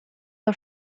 are